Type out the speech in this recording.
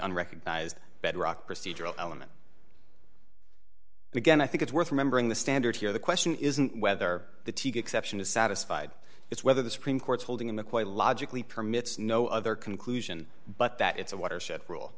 unrecognized bedrock procedural element again i think it's worth remembering the standard here the question isn't whether the t v exception is satisfied it's whether the supreme court's holding in the quite logically permits no other conclusion but that it's a watershed rule